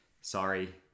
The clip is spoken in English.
Sorry